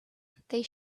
they